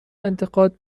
انتقاد